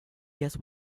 guess